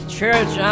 Church